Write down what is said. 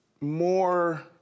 more